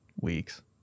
weeks